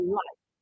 life